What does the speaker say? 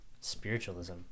spiritualism